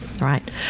Right